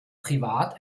privat